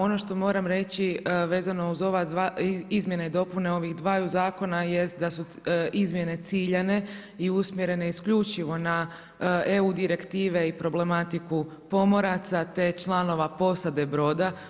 Ono što moram reći vezano uz ova dva, izmjene i dopune ovih dvaju zakona jest da su izmjene ciljane i usmjerene isključivo na EU direktive i problematiku pomoraca, te članova posade broda.